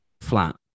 flat